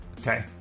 Okay